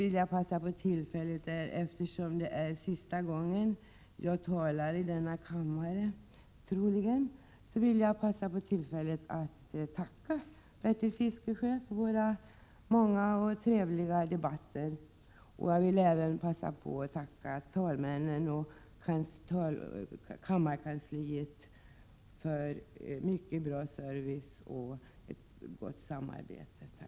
Eftersom detta troligen är sista gången jag talar i kammaren vill jag passa på tillfället att tacka Bertil Fiskesjö för våra många och trevliga debatter. Jag vill även passa på att tacka talmännen och kammarkansliet för mycket bra service och ett gott samarbete. Tack!